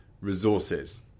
resources